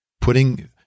putting